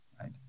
right